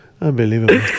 Unbelievable